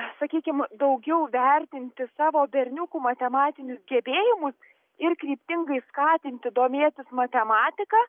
sakykim daugiau vertinti savo berniukų matematinius gebėjimus ir kryptingai skatinti domėtis matematika